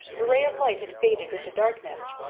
the ray of light had faded into darkness,